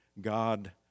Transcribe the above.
God